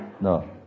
No